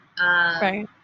Right